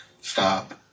stop